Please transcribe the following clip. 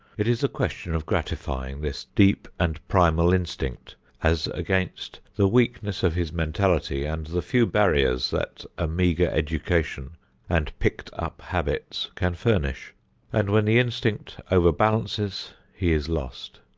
it is a question of gratifying this deep and primal instinct as against the weakness of his mentality and the few barriers that a meagre education and picked-up habits can furnish and when the instinct overbalances he is lost.